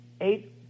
eight